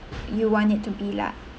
you want it to be lah